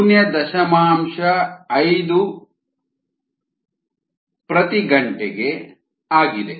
5 h 1 ಆಗಿದೆ Ks is 1 gl Y xS is 0